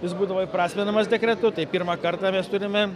jis būdavo įprasminamas dekretu tai pirmą kartą mes turime